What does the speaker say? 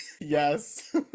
yes